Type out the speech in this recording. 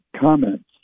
comments